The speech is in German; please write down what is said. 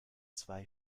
zwei